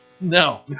No